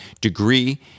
degree